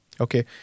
Okay